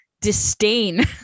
disdain